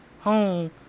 home